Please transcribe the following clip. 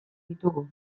ditugu